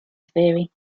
theory